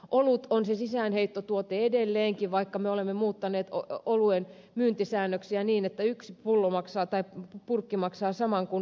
olut on se sisäänheittotuote edelleenkin vaikka me olemme muuttaneet oluen myyntisäännöksiä niin että yksi pullo tai purkki maksaa saman kuin pakkaus